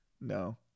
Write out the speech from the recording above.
No